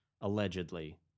Allegedly